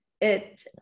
it-